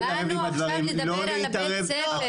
באנו עכשיו לדבר על בית הספר.